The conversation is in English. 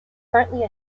currently